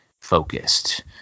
focused